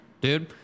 dude